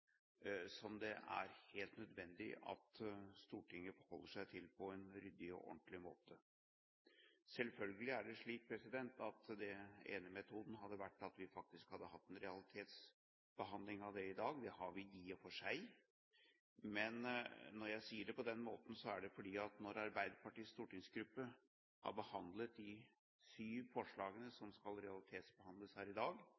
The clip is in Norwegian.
som det er helt nødvendig at Stortinget forholder seg til på en ryddig og ordentlig måte. Selvfølgelig er det slik at den ene metoden hadde vært at vi faktisk hadde hatt en realitetsbehandling av forslagene i dag. Det har vi i og for seg. Når jeg sier det på den måten, er det fordi at når Arbeiderpartiets stortingsgruppe har behandlet de syv forslagene som skal realitetsbehandles her i dag,